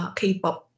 k-pop